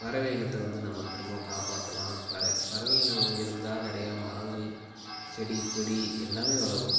பறவை இனத்தை வந்து நம்ம திரும்பவும் காப்பாற்றலாம் பற பறவை இனம் இருந்தால் நிறையா மரங்கள் செடி கொடி எல்லாமே வளரும்